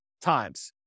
times